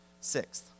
Sixth